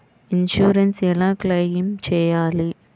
Insurance ఎలా claim చేయాలి?